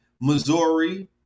Missouri